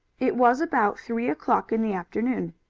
it was about three o'clock in the afternoon.